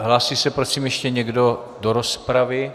Hlásí se prosím ještě někdo do rozpravy?